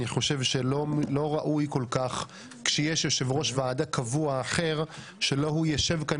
אני חושב שלא ראוי כל כך כשיש יושב ראש ועדה קבוע אחר שלא הוא ישב כאן